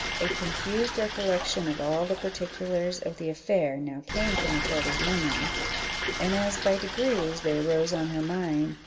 a confused recollection of all the particulars of the affair now came to matilda's memory and as by degrees they arose on her mind,